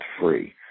free